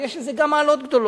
אבל יש לזה מעלות גדולות.